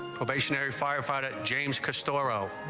probationary firefighter james